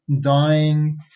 dying